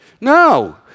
No